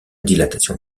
dilatation